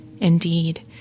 Indeed